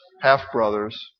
half-brothers